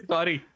Sorry